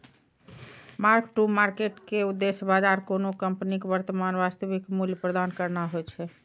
mark to market के उद्देश्य बाजार कोनो कंपनीक वर्तमान वास्तविक मूल्य प्रदान करना होइ छै